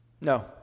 No